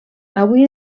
avui